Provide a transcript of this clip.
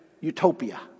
utopia